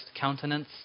countenance